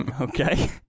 Okay